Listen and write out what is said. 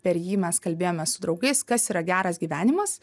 per jį mes kalbėjomės su draugais kas yra geras gyvenimas